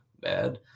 bad